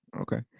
Okay